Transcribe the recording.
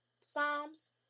Psalms